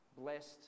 blessed